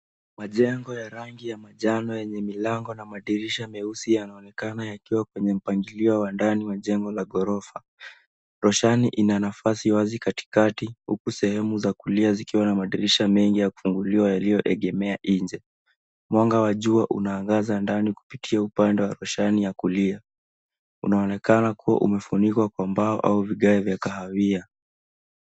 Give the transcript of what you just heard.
Majengo ya rangi ya manjano yenye milango na madirisha meusi yanaonekana yakiwa kwenye mpangilio wa ndani wa jengo la ghorofa. Roshani ina nafasi wazi katikati, huku sehemu za kulia zikiwa na madirisha mengi yakufunguliwa yaliyo egemea nje. mwanga wa jua unaongaza ndani kupitia upande wa roshani ya kulia; unaonekana kuwa umefunikwa kwa mbao au vigawe vya kahawia.